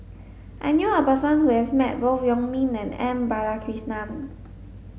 I knew a person who has met both Wong Ming and M Balakrishnan